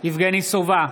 יבגני סובה,